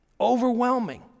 Overwhelming